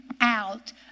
out